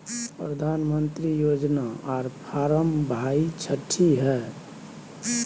प्रधानमंत्री योजना आर फारम भाई छठी है?